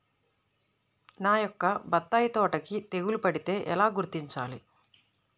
నా యొక్క బత్తాయి తోటకి తెగులు పడితే ఎలా గుర్తించాలి?